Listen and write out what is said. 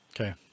Okay